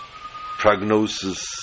prognosis